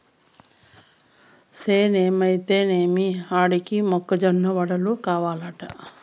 చేనేమైతే ఏమి ఆడికి మొక్క జొన్న వడలు కావలంట